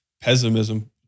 pessimism